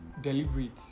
deliberate